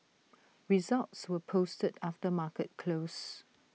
results were posted after market close